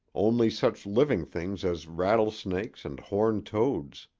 only such living things as rattlesnakes and horned toads.